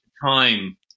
time